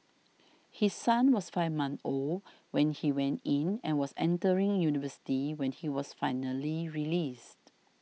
his son was five months old when he went in and was entering university when he was finally released